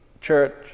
church